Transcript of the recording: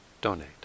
donate